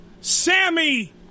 Sammy